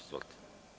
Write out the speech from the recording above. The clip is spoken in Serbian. Izvolite.